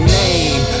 name